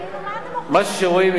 כאילו, מה אתם מוכרים לנו, מה שרואים מכאן,